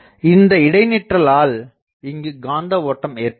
இந்த இடைநிற்றலால் இங்குக் காந்த ஓட்டம் ஏற்படுகிறது